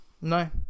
no